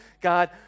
God